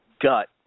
gut